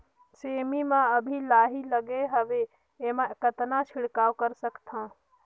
सेमी म अभी लाही लगे हवे एमा कतना छिड़काव कर सकथन?